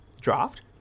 draft